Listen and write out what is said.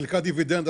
היא חילקה דיבידנד.